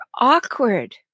awkward